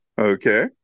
Okay